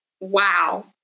Wow